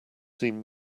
seen